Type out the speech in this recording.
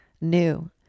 new